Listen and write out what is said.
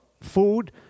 food